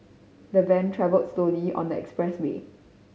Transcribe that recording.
the van travelled slowly on the expressway